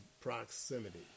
proximity